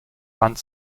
band